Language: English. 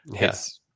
Yes